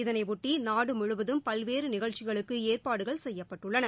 இதனையொட்டி நாடு முழுவதும் பல்வேறு நிகழ்ச்சிகளுக்கு ஏற்பாடுகள் செய்யப்பட்டுள்ளன